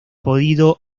podido